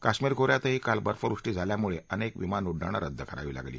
कश्मीर खो यातही काल बर्फवृष्टी झाल्यामुळे अनेक विमान उड्डाण रद्द करावी लागली